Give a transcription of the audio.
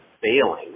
failing